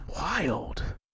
wild